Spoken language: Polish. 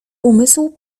umysł